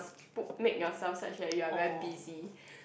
book made yourself such as you are very busy